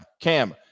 Cam